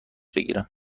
بگیرم